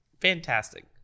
fantastic